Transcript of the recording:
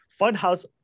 funhouse